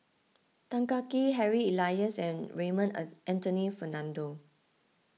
Tan Kah Kee Harry Elias and Raymond Anthony Fernando